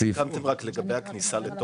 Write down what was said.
עם התיקונים שהתקבלו בוועדה.